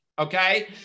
Okay